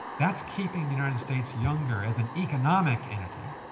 that's keeping the united states younger as an economic entity.